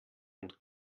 und